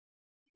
industry 4